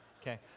Okay